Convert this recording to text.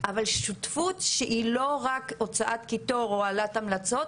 אבל שותפות שהיא לא רק הוצאת קיטור או העלאת המלצות